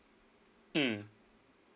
mm